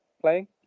playing